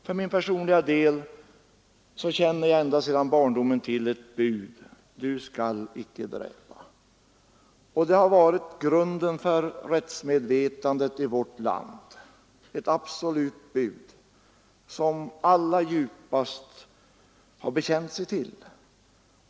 För min personliga del känner jag ända sedan barndomen till ett bud: ”Du skall icke dräpa.” Det budet har varit grunden för rättsmedvetandet i vårt land, och det är ett absolut bud som alla i grund och botten har bekänt sig till.